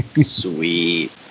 Sweet